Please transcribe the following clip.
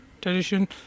tradition